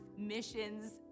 missions